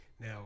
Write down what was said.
Now